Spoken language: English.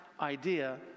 idea